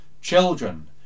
Children